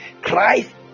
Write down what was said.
christ